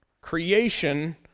Creation